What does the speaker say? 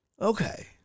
Okay